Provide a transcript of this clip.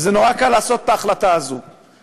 ונורא קל לעשות את ההחלטה הזאת,